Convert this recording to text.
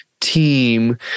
team